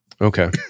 Okay